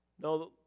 no